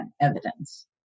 Evidence